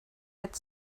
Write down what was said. had